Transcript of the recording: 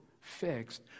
fixed